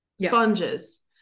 sponges